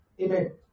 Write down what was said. Amen